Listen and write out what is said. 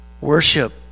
Worship